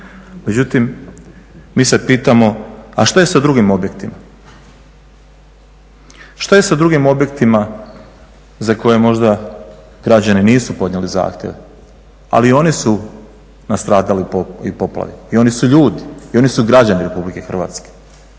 Međutim, mi se pitamo a što je sa drugim objektima, što je sa drugim objektima za koje možda građani nisu podnijeli zahtjeve ali i oni su nastradali i poplavljeni, i oni su ljudi i oni su građani Republike Hrvatske?